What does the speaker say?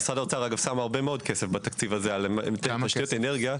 משרד האוצר שם הרבה מאוד כסף בתקציב הזה על תשתיות אנרגיה.